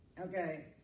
Okay